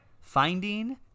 Finding